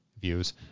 views